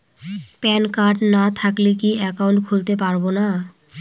Pan card না থাকলে কি একাউন্ট খুলতে পারবো না?